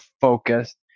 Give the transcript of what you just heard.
focused